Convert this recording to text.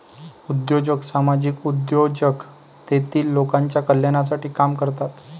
उद्योजक सामाजिक उद्योजक तेतील लोकांच्या कल्याणासाठी काम करतात